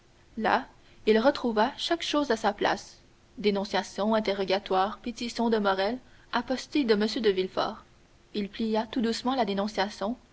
là il retrouva chaque chose à sa place dénonciation interrogatoire pétition de morrel apostille de m de villefort il plia tout doucement la dénonciation